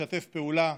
לשתף פעולה,